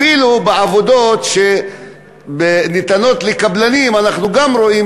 אפילו בעבודות שניתנות לקבלנים אנחנו רואים